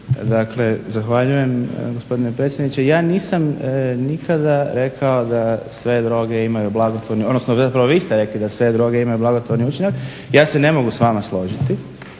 Dakle, zahvaljujem gospodine predsjedniče. Ja nisam nikada rekao da sve droge imaju blagotvorni, odnosno zapravo vi ste rekli da sve droge imaju blagotvorni učinak – ja se ne mogu s vama složiti,